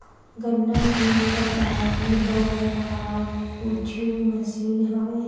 गन्ना के कटाई बर का कुछु मशीन हवय?